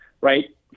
Right